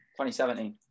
2017